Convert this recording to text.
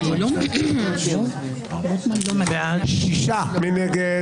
מי נגד?